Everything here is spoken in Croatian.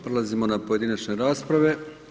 Prelazimo na pojedinačne rasprave.